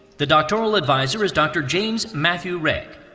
the doctoral advisor is dr. james matthew rehg.